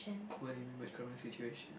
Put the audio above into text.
what do you mean my current situation